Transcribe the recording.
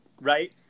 Right